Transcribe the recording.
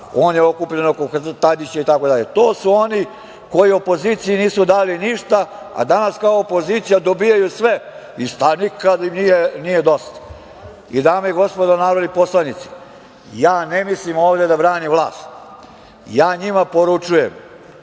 On je okupljen oko Tadića itd. To su oni koji opoziciji nisu dali ništa, a danas kao opozicija dobijaju sve. I nikad im nije dosta. Dame i gospodo, narodni poslanici, ne mislim da branim vlast. Poručujem